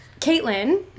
Caitlin